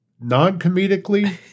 non-comedically